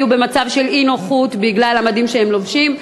יהיו במצב של אי-נוחות בגלל המדים שהם לובשים.